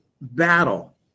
battle